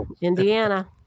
Indiana